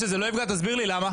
תסביר לי למה.